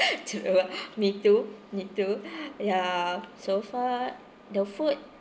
true me too me too ya so far the food